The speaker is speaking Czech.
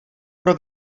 pro